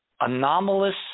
anomalous